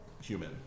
human